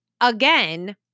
again